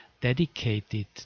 dedicated